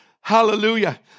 Hallelujah